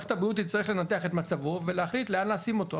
מערכת הבריאות תצטרך לנתח את מצבו ולהחליט לאן להשים אותו,